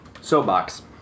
soapbox